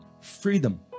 freedom